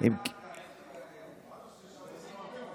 חוק סדר הדין הפלילי (סמכויות אכיפה,